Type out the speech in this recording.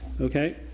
Okay